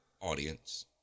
audience